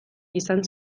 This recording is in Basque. izan